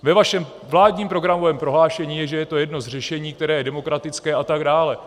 Ve vašem vládním programovém prohlášení je, že je to jedno z řešení, které je demokratické atd.